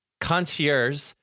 concierge